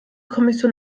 kommission